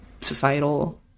societal